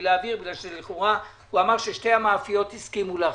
הוא אמר ששתי המאפיות הסכימו להחליף,